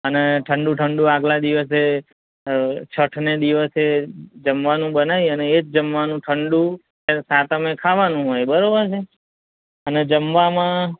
અને ઠંડુ ઠંડુ આગલા દિવસે છઠ્ઠને દિવસે જમવાનું બનાવી અને એજ જમવાનું ઠંડુ એ સાતમે ખાવાનું હોય બરાબર છે અને જમવામાં